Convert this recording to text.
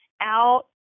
out